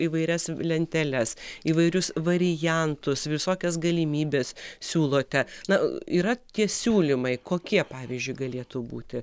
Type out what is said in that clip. įvairias lenteles įvairius variantus visokias galimybes siūlote na yra tie siūlymai kokie pavyzdžiui galėtų būti